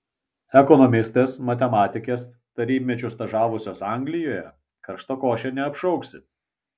ekonomistės matematikės tarybmečiu stažavusios anglijoje karštakoše neapšauksi